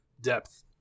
depth